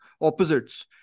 opposites